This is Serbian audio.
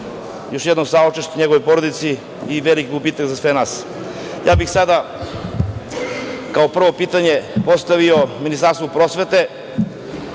Još jednom, saučešće njegovoj porodici i veliki gubitak za sve nas. Ja bih sada kao prvo pitanje postavio Ministarstvu prosvete,